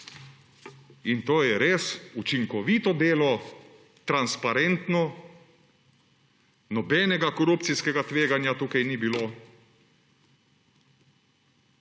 In to je res učinkovito delo, transparentno, nobenega korupcijskega tveganja tukaj ni bilo.